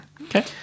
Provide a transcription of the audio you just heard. Okay